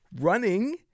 running